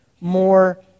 more